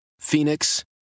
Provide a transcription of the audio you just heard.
Phoenix